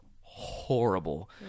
horrible